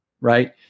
Right